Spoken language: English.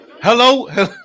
hello